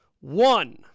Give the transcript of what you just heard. One